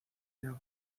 now